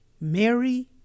Mary